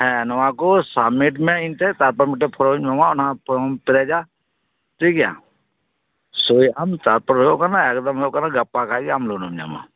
ᱦᱮᱸ ᱱᱚᱣᱟ ᱠᱚ ᱥᱟᱵᱢᱤᱴ ᱢᱮ ᱤᱧ ᱴᱷᱮᱡ ᱛᱟᱯᱚᱨ ᱢᱤᱫᱴᱮᱡ ᱯᱷᱚᱨᱚᱢ ᱤᱧ ᱮᱢᱟᱢᱟ ᱚᱱᱟ ᱯᱷᱚᱨᱚᱢ ᱮᱢ ᱯᱮᱨᱮᱡᱟ ᱴᱷᱤᱠ ᱜᱮᱭᱟ ᱥᱳᱭᱟᱜᱟᱢ ᱛᱟᱯᱚᱨᱮ ᱦᱩᱭᱩᱜ ᱠᱟᱱᱟ ᱮᱠᱫᱚᱢ ᱜᱟᱯᱟ ᱠᱷᱟᱡ ᱜᱮ ᱞᱳᱱᱮᱢ ᱧᱟᱢᱟ